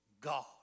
God